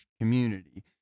community